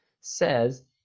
says